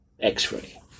X-ray